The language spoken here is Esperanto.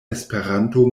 esperanto